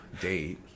date